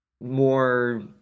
more